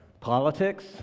politics